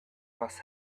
must